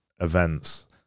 events